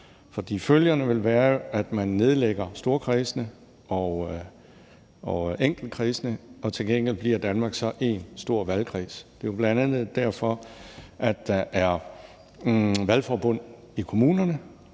For følgerne vil være, at man nedlægger storkredsene og enkeltkredsene, og til gengæld bliver Danmark så én stor valgkreds. Det er jo bl.a. derfor, der er valgforbund i kommunerne